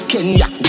Kenya